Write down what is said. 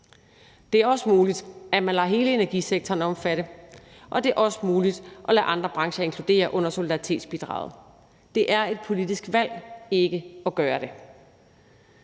Det er også muligt, at man lader hele energisektoren omfatte, og det er også muligt at lade andre brancher inkludere i solidaritetsbidraget. Det er et politisk valg ikke at gøre det.